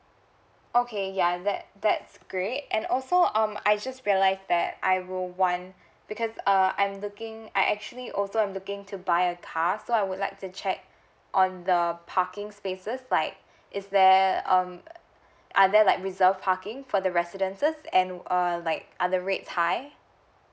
okay ya that that's great and also um I just realize that I would want because uh I'm looking I actually also I'm looking to buy a car so I would like to check on the uh parking spaces like is there um are there like reserve parking for the residences and err are the rate high